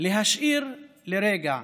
להשאיר לרגע